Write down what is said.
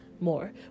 more